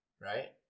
right